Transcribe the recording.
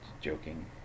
Joking